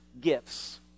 gifts